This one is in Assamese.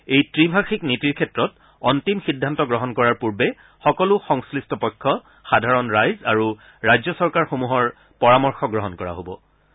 এই গ্ৰিভাষিক নীতিৰ ক্ষেত্ৰত অন্তিম সিদ্ধান্ত গ্ৰহণ কৰাৰ পূৰ্বে সকলো সংগ্লিষ্ট পক্ষ সাধাৰণ ৰাইজ আৰু ৰাজ্য চৰকাৰসমূহৰ পৰামৰ্শ গ্ৰহণ কৰা হ'ব